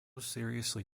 seriously